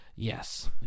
Yes